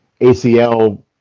ACL